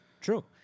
True